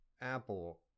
apple